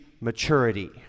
maturity